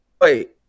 Wait